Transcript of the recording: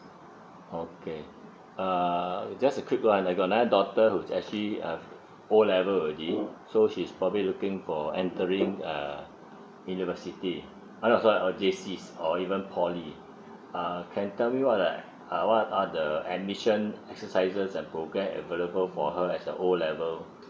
okay err just a quick one I got another daughter whose actually uh O level already so she's probably looking for entering err university uh not sorry J_C or even poly uh can tell you what the what are the admission exercises and programme available for her as a O level